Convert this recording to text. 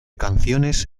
canciones